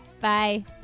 Bye